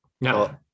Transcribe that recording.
No